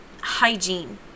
hygiene